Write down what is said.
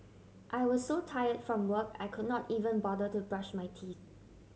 I was so tire from work I could not even bother to brush my teeth